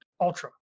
ultra